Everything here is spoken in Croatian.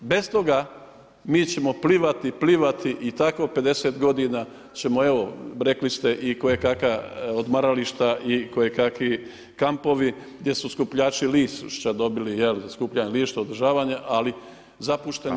Bez toga mi ćemo plivati, plivati i tako 50 godina ćemo evo rekli ste i kojekakva odmarališta i kojekakvi kampovi gdje su skupljači lišća dobili za skupljanje lišća, održavanje ali zapušteni.